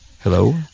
Hello